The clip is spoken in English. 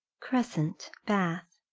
crescent, bath.